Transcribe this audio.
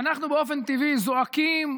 ואנחנו באופן טבעי זועקים,